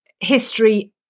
history